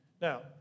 Now